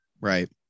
Right